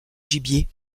gibier